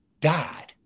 died